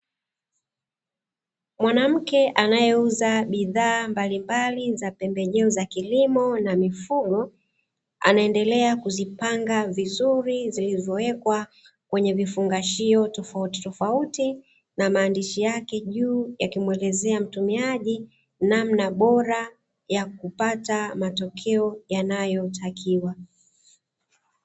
Mwanamke anaeuza bidhaa mbalimbali za pembejeo za kilimo na mifugo anaendelea kuzipanga vizuri zilivyowekwa kwenye vifungashio tofauti tofauti na maadhishi yake juu yakimuelezea mtumiaji namna bora ya kupata matokeo yanayotakiwa.